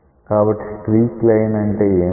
కాబట్టి streak line అంటే ఏమిటి